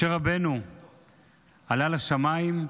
משה רבנו עלה לשמיים,